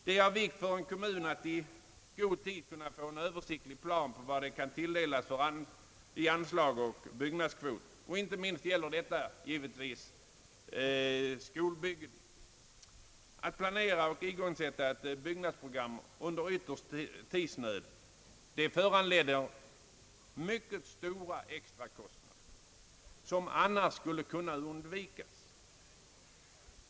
Det är av vikt för en kommun att i got tid kunna få en översiktlig plan på vad den kan tilldelas i fråga om anslag och byggnadskvot, inte minst när det gäller skolbyggen. Att planera och igångsätta ett byggnadsprogram under yttersta tidsnöd föranledar mycket stora extrakostnader som annars skulle kunnat undvikas.